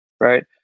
right